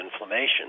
inflammation